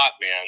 man